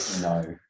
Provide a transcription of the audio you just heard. No